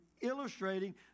illustrating